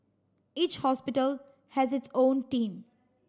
each hospital has its own team